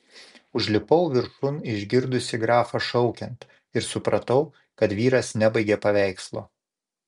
užlipau viršun išgirdusi grafą šaukiant ir supratau kad vyras nebaigė paveikslo